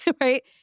Right